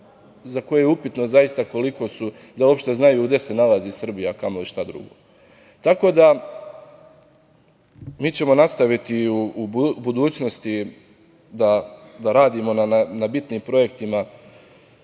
za koje je upitno zaista da li uopšte znaju gde se nalazi Srbija, a kamoli šta drugo. Tako da, mi ćemo nastaviti u budućnosti da radimo na bitnim projektima